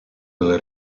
della